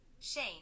Shane